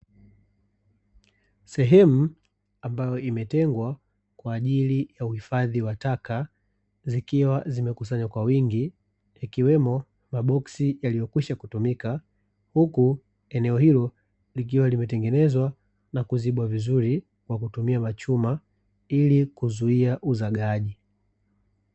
Sehemu ambayo imetengwa kwa ajili ya uhifadhi wa taka, zikiwa zimekusanywa kwa wingi, ikiwemo maboksi yaliyokwisha kutumika. Huku eneo likiwa limetengenezwa na kuzibwa vizuri kwa kutumia chuma ili kuzuia uzagaaji.